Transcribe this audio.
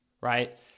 right